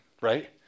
right